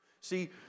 see